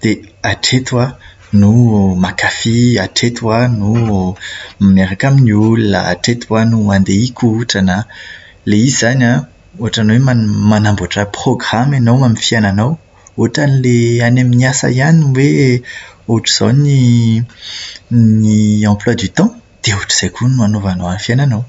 Dia hatreto aho no mankafy, hatreto aho no miaraka amin'ny olona, hatreto aho no handeha hikotrana. Ilay izy izany an, ohatran'ny hoe manamboatra programa ianao amin'ny fiainanao. Ohatran'ilay any an'asa ihany hoe ohatr'izao ny ny "emploi du temps" dia ohatr'izay ihany koa ny hanaovanao ny fiainanao.